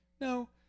no